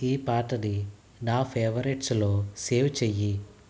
ఈ పాటని నా ఫేవరెట్స్లో సేవ్ చెయ్యి